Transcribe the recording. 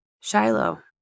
Shiloh